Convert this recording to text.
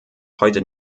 heute